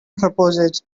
proposes